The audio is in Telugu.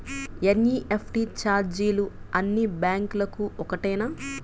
ఎన్.ఈ.ఎఫ్.టీ ఛార్జీలు అన్నీ బ్యాంక్లకూ ఒకటేనా?